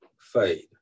fade